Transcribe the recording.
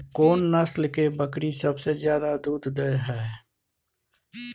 कोन नस्ल के बकरी सबसे ज्यादा दूध दय हय?